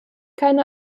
keine